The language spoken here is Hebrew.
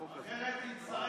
אחרת נצטרך,